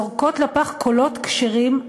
זורקות לפח קולות כשרים,